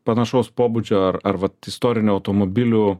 panašaus pobūdžio ar ar vat istorinių automobilių